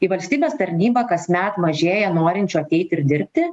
į valstybės tarnybą kasmet mažėja norinčių ateiti ir dirbti